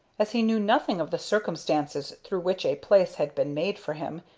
as he knew nothing of the circumstances through which a place had been made for him,